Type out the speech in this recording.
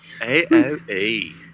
A-O-E